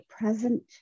present